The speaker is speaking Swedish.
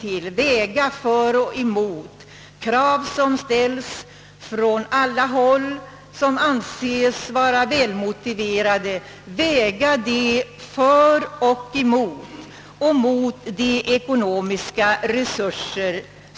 Inför de krav som ställes från olika håll måste vi alltid prioritera några och ta hänsyn till våra ekonomiska resurser.